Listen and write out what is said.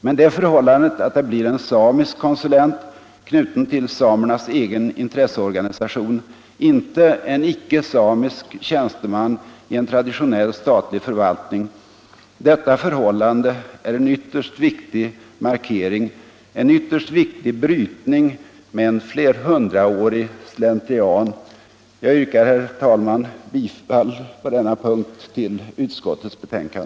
Men det förhållandet att det blir en samisk konsulent, knuten till samernas egen intresseorganisation, inte en icke-samisk tjänsteman i en traditionell statlig förvaltning, är en ytterst viktig markering, en ytterst viktig brytning med en flerhundraårig slentrian.